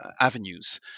avenues